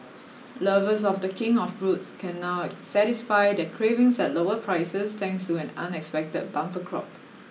lovers of the king of fruits can now satisfy their cravings at lower prices thanks to an unexpected bumper crop